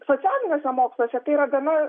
socialiniuose moksluose tai yra gana